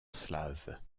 slaves